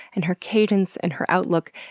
and her cadence, and her outlook,